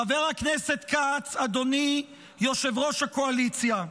חבר הכנסת כץ, אדוני יושב-ראש הקואליציה,